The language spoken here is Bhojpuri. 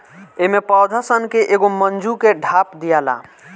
एमे पौधा सन के एगो मूंज से ढाप दियाला